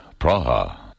Praha